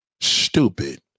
Stupid